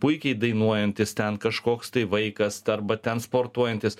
puikiai dainuojantis ten kažkoks tai vaikas arba ten sportuojantis